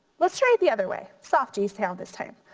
let's try it the other way, soft g sound this time.